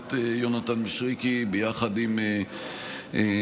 הכנסת יונתן מישרקי ביחד עם כמה